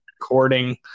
recording